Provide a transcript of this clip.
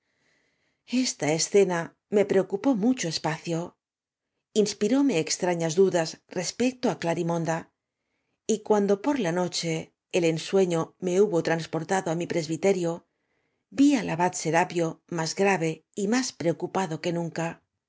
esta escena me preocupó mucho espacio ios piróme extrañas dudas respecto á clarimonda y cuando por la noche el ensueño me hubo trans portado á mi presbiterio vi ai abad serapio más grave y más preocupado que nunca